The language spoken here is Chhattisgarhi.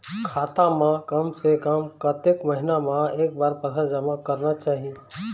खाता मा कम से कम कतक महीना मा एक बार पैसा जमा करना चाही?